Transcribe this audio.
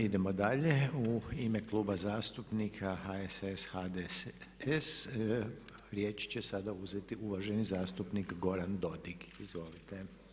Idemo dalje, u ime Kluba zastupnika HSS-HDS-a riječ će sada uzeti uvaženi zastupnik Goran Dodig, izvolite.